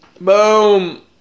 Boom